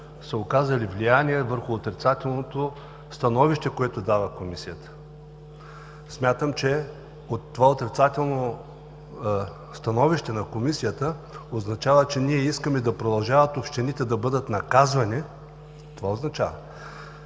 са оказали влияние върху отрицателното становище, което дава Комисията. Смятам, че това отрицателно становище на Комисията означава, че ние искаме да продължават общините да бъдат наказвани, да бъдат